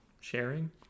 sharing